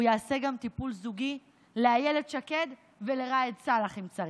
הוא יעשה גם טיפול זוגי לאילת שקד ולראאד סלאח אם צריך.